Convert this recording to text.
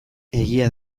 egia